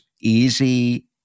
easy